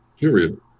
period